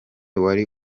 wari